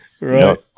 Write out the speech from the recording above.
Right